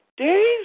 Dave